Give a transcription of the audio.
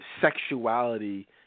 sexuality